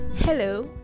Hello